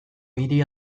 hiri